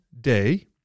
day